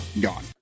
gone